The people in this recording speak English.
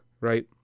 right